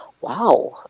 wow